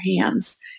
hands